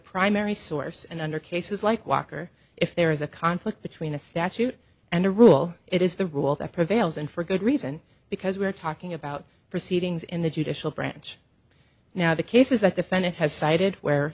primary source and under cases like walker if there is a conflict between a statute and a rule it is the rule that prevails and for good reason because we are talking about proceedings in the judicial branch now the cases that defendant has cited where